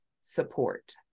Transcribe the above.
support